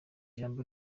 jambo